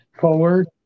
forward